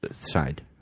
side